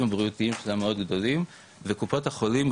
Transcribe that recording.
הבריאותיים שלה מאוד גדולים וקופות החולים,